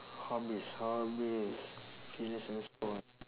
hobbies hobbies fitness and sports